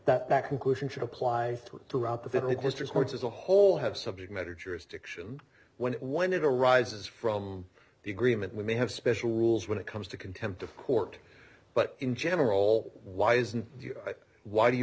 that conclusion should apply to it throughout the federal district courts as a whole have subject matter jurisdiction when it when it arises from the agreement we may have special rules when it comes to contempt of court but in general why isn't it why do you